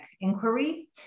inquiry